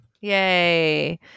Yay